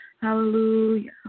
Hallelujah